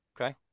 Okay